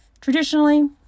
Traditionally